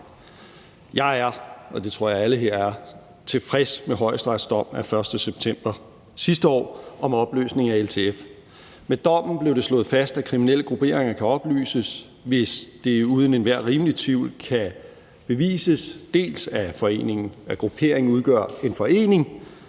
Jeg er, og det tror jeg at alle her er, tilfreds med Højesterets dom af 1. september sidste år om opløsning af LTF. Med dommen blev det slået fast, at kriminelle grupperinger kan opløses, hvis det uden enhver rimelig tvivl kan bevises, dels at grupperingen udgør en forening,